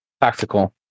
Tactical